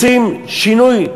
רוצים שינוי,